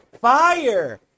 Fire